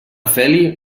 feli